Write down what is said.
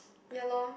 ya lor